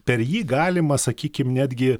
per jį galima sakykim netgi